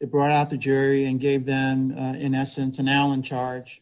it brought out the jury and gave them and in essence an allen charge